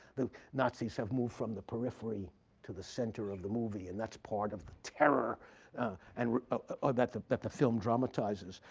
the nazis have moved from the periphery to the center of the movie. and that's part of the terror and ah that the that the film dramatizes.